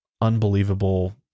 unbelievable